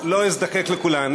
לא אזדקק לכולן.